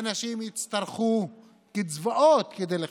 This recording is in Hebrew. אנשים יצטרכו קצבאות כדי לחיות.